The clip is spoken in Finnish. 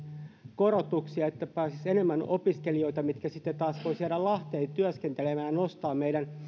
korotuksia että sinne pääsisi enemmän opiskelijoita jotka sitten voisivat jäädä lahteen työskentelemään ja nostaa meidän